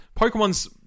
Pokemon's